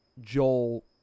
Joel